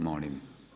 Molim.